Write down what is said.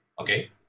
okay